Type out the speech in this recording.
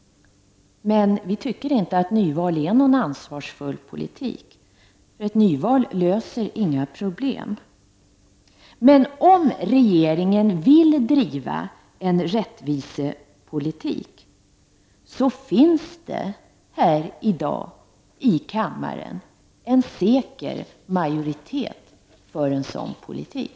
Men vi tycker inte att nyval är någon ansvarsfull politik. Ett nyval löser inga problem. Om regeringen däremot vill driva en rättvisepolitik, finns det här i dag i kammaren en säker majoritet för en sådan politik.